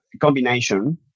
combination